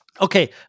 Okay